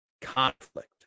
conflict